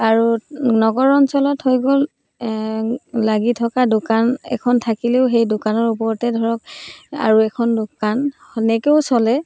আৰু নগৰ অঞ্চলত হৈ গ'ল লাগি থকা দোকান এখন থাকিলেও সেই দোকানৰ ওপৰতে ধৰক আৰু এখন দোকান সেনেকৈও চলে